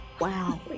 Wow